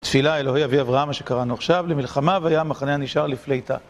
תפילה אלוהי אבי אברהם, מה שקראנו עכשיו, למלחמה והיה המחנה הנשאר לפליטה.